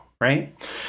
right